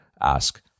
ask